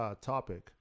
topic